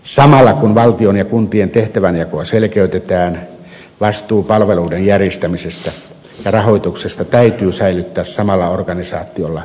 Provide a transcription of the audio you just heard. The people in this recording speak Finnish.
samalla kun valtion ja kuntien tehtävänjakoa selkeytetään vastuu palveluiden järjestämisestä ja rahoituksesta täytyy säilyttää samalla organisaatiolla peruskunnalla